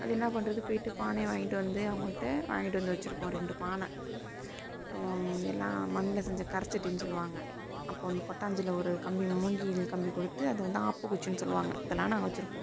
அது என்ன பண்ணுறது போயிட்டு பானைய வாங்கிட்டு வந்து அவங்கள்ட்ட வாங்கிட்டு வந்து வச்சிருப்போம் ரெண்டு பானை அப்புறோம் எல்லாம் மண்ல செஞ்ச கரை சட்டின்னு சொல்லுவாங்கள் அப்போது இந்த கொட்டாஞ்சியில ஒரு கம்பி மூங்கில் கம்பி கொடுத்து அதை வந்து ஆப்ப குச்சின்னு சொல்லுவாங்கள் இதெல்லாம் நாங்கள் வச்சிருப்போம்